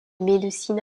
médecine